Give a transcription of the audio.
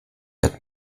hat